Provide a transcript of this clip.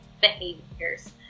behaviors